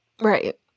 Right